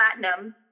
platinum